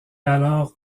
alors